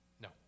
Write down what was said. No